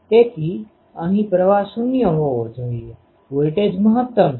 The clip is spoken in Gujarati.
તેથી અહીં પ્રવાહ શૂન્ય હોવો જોઈએ વોલ્ટેજ મહત્તમ છે